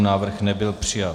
Návrh nebyl přijat.